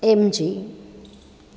MG